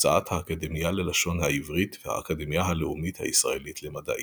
הוצאת האקדמיה ללשון העברית והאקדמיה הלאומית הישראלית למדעים,